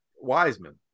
Wiseman